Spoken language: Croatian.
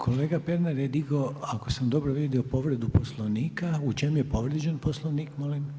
Kolega Pernar je digao, ako sam dobro vidio povredu Poslovnika, u čemu je povrijeđen Poslovnik, molim?